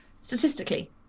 statistically